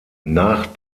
nach